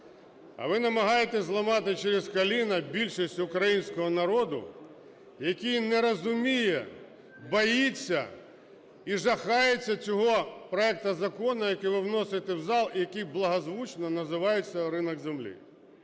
а ви намагаєтесь зламати через коліно більшість українського народу, який не розуміє, боїться і жахається цього проекту закону, який ви вносите в зал, який благозвучно називається "ринок землі".